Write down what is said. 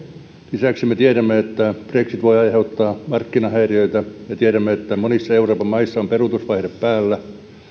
lisäksi me tiedämme että brexit voi aiheuttaa markkinahäiriöitä me tiedämme että monissa euroopan maissa on peruutusvaihde päällä ja päätöksentekokyky heikko tällä tarkoitan